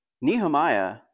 Nehemiah